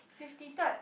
fifty third